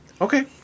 Okay